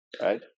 Right